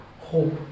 Hope